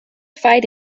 fight